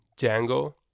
Django